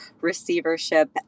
receivership